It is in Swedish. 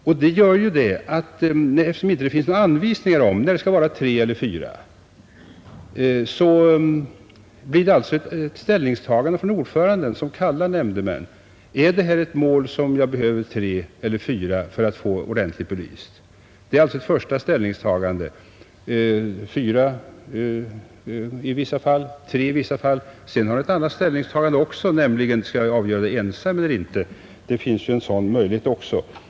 Eftersom det inte finns några anvisningar om när det skall vara tre eller fyra nämndemän, blir det alltså ett ställningstagande av ordföranden, som kallar nämndemän: Är det här ett mål som jag behöver tre eller fyra nämndemän för att få ordentligt belyst? Det är alltså ett första ställningstagande — fyra nämndemän i vissa fall, tre i vissa fall. Sedan har han ett annat ställningstagande att göra, nämligen: Skall jag avgöra målet ensam eller inte? Det finns ju en sådan möjlighet också.